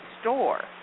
store